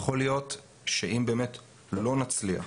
יכול להיות שאם באמת לא נצליח